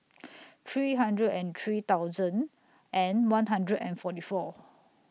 three hundred and three thousand one hundred and forty four